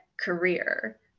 career